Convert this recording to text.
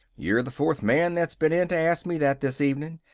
you're the fourth man that's been in to ask me that this evening.